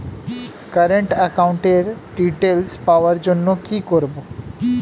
Current একাউন্টের details পাওয়ার জন্য কি করব?